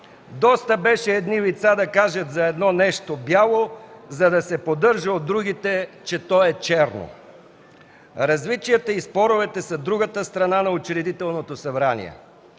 Доста беше едни лица да кажат за едно нещо бяло, за да се поддържа от другите, че то е черно.” Различията и споровете са другата страна на Учредителното събрание.